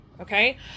Okay